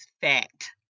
fact